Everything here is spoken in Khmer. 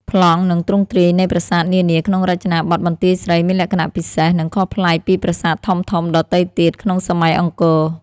ប្លង់ និងទ្រង់ទ្រាយនៃប្រាសាទនានាក្នុងរចនាបថបន្ទាយស្រីមានលក្ខណៈពិសេស និងខុសប្លែកពីប្រាសាទធំៗដទៃទៀតក្នុងសម័យអង្គរ។